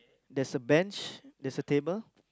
there's a bench there's a table